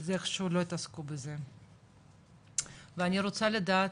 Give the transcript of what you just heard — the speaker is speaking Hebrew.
זה איכשהו לא התעסקו בזה ואני רוצה לדעת